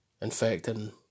infecting